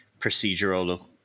procedural